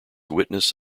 witness